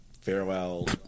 farewell